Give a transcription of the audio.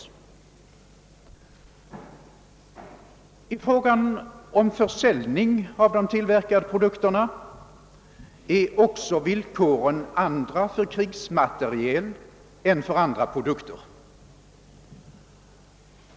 I fråga om försäljning av de tillverkade produkterna är också villkoren andra för krigsmateriel än för övriga produkter.